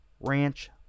Ranch